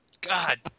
god